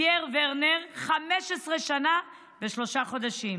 פייר ורנר, 15 שנה ושלושה חודשים,